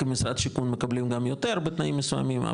כי משרד שיכון מקבלים גם יותר בתנאים מסוימים,